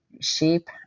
sheep